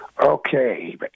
Okay